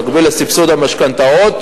במקביל לסבסוד המשכנתאות,